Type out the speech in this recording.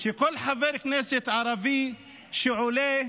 שכל חבר כנסת ערבי שעולה,